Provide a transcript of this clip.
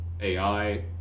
AI